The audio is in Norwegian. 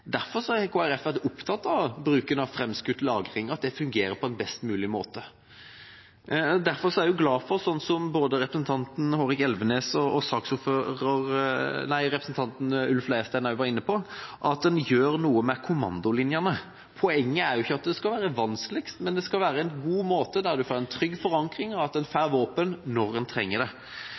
Derfor har Kristelig Folkeparti vært opptatt av at bruken av framskutt lagring fungerer på en best mulig måte. Derfor er jeg også glad for at en gjør noe med kommandolinjene, som både representanten Hårek Elvenes og representanten Ulf Leirstein var inne på. Poenget er jo ikke at det skal være vanskeligst mulig, men det skal være en god ordning der en får en trygg forankring, og at en får våpen når en trenger det.